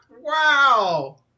Wow